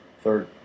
third